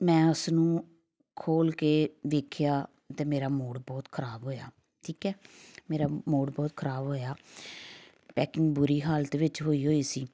ਮੈਂ ਉਸ ਨੂੰ ਖੋਲ ਕੇ ਦੇਖਿਆ ਤਾਂ ਮੇਰਾ ਮੂਡ ਬਹੁਤ ਖ਼ਰਾਬ ਹੋਇਆ ਠੀਕ ਹੈ ਮੇਰਾ ਮੂਡ ਬਹੁਤ ਖ਼ਰਾਬ ਹੋਇਆ ਪੈਕਿੰਗ ਬੁਰੀ ਹਾਲਤ ਵਿੱਚ ਹੋਈ ਹੋਈ ਸੀ